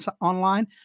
online